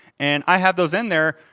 and i have those in there,